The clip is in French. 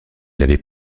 l’avait